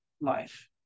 life